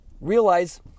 realize